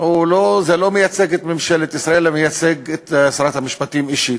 זה לא מייצג את ממשלת ישראל אלא מייצג את שרת המשפטים אישית.